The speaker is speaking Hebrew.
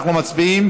אנחנו מצביעים